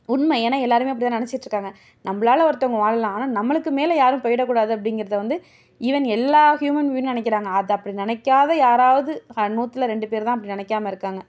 உண்மை ஏன்னால் எல்லோருமே அப்படி தான் நினச்சிட்ருக்காங்க நம்மளால ஒருத்தவங்க வாழலாம் ஆனால் நம்மளுக்கு மேலே யாரும் போயிடக்கூடாது அப்படிங்கிறத வந்து ஈவென் எல்லா ஹியூமன்பீயிங்கும் நினைக்கிறாங்க அதை அப்படி நினைக்காத யாராவது ஹ நூற்றுல ரெண்டு பேர் தான் அப்படி நினைக்காம இருக்காங்க